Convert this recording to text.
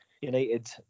United